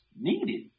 needed